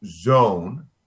zone